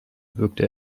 wirkte